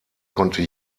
konnte